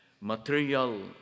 material